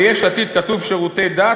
לפי יש עתיד כתוב: שירותי דת,